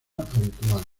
habitual